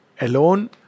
alone